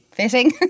fitting